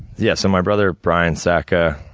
yeah, so, my brother, brian sacca,